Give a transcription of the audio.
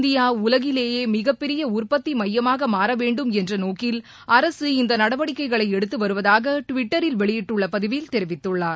India உலகிலேயே மிகப்பெரிய உற்பத்தி மையமாக மாறவேண்டும் என்ற நோக்கில் அரசு இந்த நடவடிக்கைகளை எடுத்துவருவதாக டுவிட்டரில் வெளியிட்டுள்ள பதிவில் தெரிவித்துள்ளார்